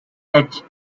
edge